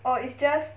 or is just